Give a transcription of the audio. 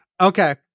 Okay